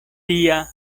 tia